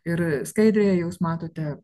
ir skaidrėje jūs matote